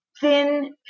thin